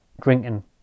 drinking